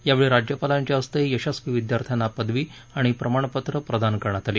यावेळी राज्यपालांच्या हस्ते यशस्वी विद्यार्थ्यांना पदवी आणि प्रमाणपत्रं प्रदान करण्यात आली